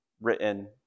written